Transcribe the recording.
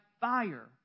fire